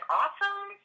awesome